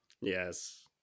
Yes